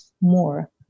more